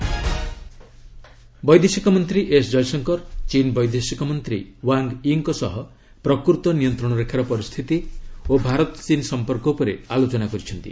Indo ଚୀନ୍ disengagement ବୈଦେଶିକ ମନ୍ତ୍ରୀ ଏସ୍ ଜୟଶଙ୍କର ଚୀନ୍ ବୈଦେଶିକ ମନ୍ତ୍ରୀ ୱାଙ୍ଗ ୟି ଙ୍କ ସହ ପ୍ରକୃତ ନିୟନ୍ତ୍ରଣ ରେଖାର ପରିସ୍ଥିତି ଓ ଭାରତ ଚୀନ୍ ସମ୍ପର୍କ ଉପରେ ଆଲୋଚନା କରିଛନ୍ତି